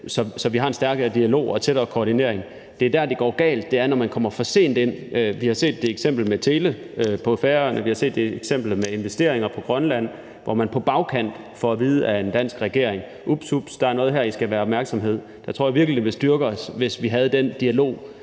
så vi har en stærkere dialog og en tættere koordinering. Der, hvor det går galt, er, når man kommer for sent ind. Vi har set et eksempel med teleområdet på Færøerne, vi har set et eksempel med investeringer på Grønland, hvor man på bagkant får at vide af en dansk regering, at ups, ups, der er noget her, I skal være opmærksomme på. Der tror jeg virkelig, det ville styrke os, hvis vi havde den dialog